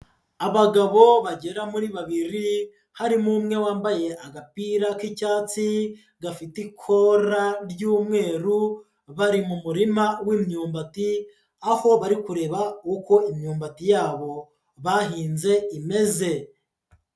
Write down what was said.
Abagabo bagera muri babiri, harimo umwe wambaye agapira k'icyatsi gafite ikora ry'umweru bari mu murima w'imyumbati aho bari kureba uko imyumbati yabo bahinze imeze.